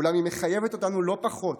אולם הוא מחייב אותנו לא פחות